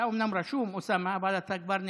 אתה אומנם רשום, אוסאמה, אבל אתה כבר נימקת.